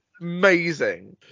amazing